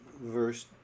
verse